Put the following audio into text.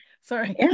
Sorry